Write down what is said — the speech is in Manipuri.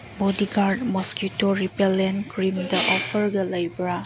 ꯕꯣꯗꯤꯒꯥꯔꯠ ꯃꯣꯁꯀ꯭ꯌꯨꯇꯣ ꯔꯤꯄꯦꯜꯂꯦꯟ ꯀ꯭ꯔꯤꯝꯗ ꯑꯣꯐꯔꯒ ꯂꯩꯕ꯭ꯔꯥ